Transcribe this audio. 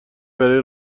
برای